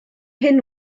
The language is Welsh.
hyn